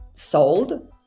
sold